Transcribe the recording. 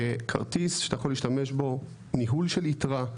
כרטיס שאתה יכול להשתמש בו, ניהול של יתרה,